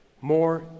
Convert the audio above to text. More